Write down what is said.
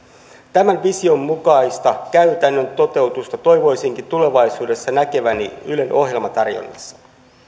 tämän vision mukaista käytännön toteutusta toivoisinkin tulevaisuudessa näkeväni ylen ohjelmatarjonnassa